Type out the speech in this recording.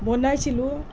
বনাইছিলোঁ